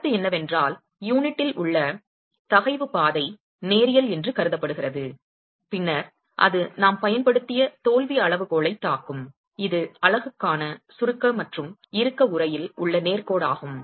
கருத்து என்னவென்றால் யூனிட்டில் உள்ள தகைவு பாதை நேரியல் என்று கருதப்படுகிறது பின்னர் அது நாம் பயன்படுத்திய தோல்வி அளவுகோலைத் தாக்கும் இது அலகுக்கான சுருக்க மற்றும் இறுக்கம் உறையில் உள்ள நேர் கோடாகும்